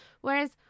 Whereas